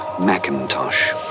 Macintosh